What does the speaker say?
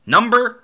Number